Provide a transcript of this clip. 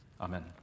Amen